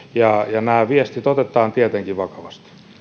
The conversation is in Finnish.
nämä viestit otetaan tietenkin vakavasti